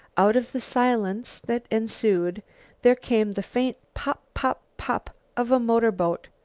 out of the silence that ensued there came the faint pop-pop-pop of a motorboat.